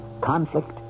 conflict